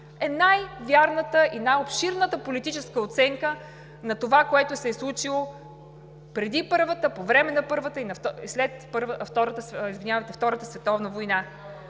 е най-вярната и най-обширната политическа оценка на това, което се е случило преди Първата, по време на Първата и след Втората световна война.